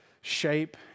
shape